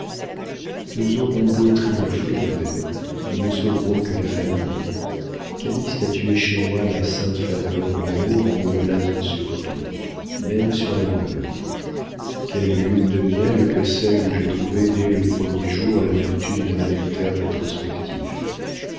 nous aurons beau triompher ma mère nous ne sauverons que la famille calyste a tué chez moi la sainte ferveur de l'amour en me blasant sur tout même sur la douleur quelle lune de miel que celle où j'ai trouvé dès le premier jour l'amertume d'un adultère rétrospectif